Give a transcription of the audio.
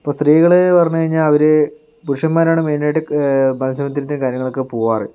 ഇപ്പോൾ സ്ത്രീകള് പറഞ്ഞുകഴിഞ്ഞാൽ അവര് പുരുഷന്മാരാണ് മൈനായിട്ട് മത്സ്യബന്ധനത്തിന് കാര്യങ്ങൾക്കൊക്കെ പോകാറ്